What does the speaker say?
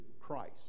Christ